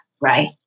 Right